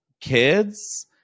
kids